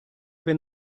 been